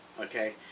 Okay